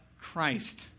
christ